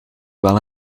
wel